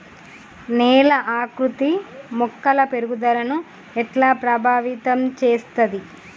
నేల ఆకృతి మొక్కల పెరుగుదలను ఎట్లా ప్రభావితం చేస్తది?